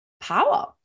power